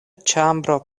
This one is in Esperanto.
ĉambro